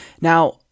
Now